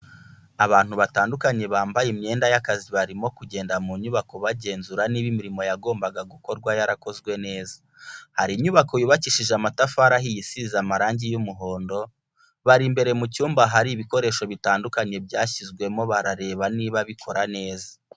Abantu batandukanye bambaye imyenda y'akazi barimo kugenda mu nyubako bagenzura niba imirimo yagombaga gukorwa yarakozwe neza, hari inyubako yubakishije amatafari ahiye isize amarangi y'umuhondo, bari imbere mu cyumba ahari ibikoresho bitandukanye byashyizwemo barareba niba bikora neza.